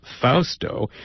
Fausto